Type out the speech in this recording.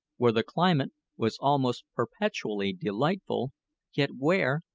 where the climate was almost perpetually delightful yet where,